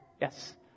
Yes